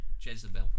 Jezebel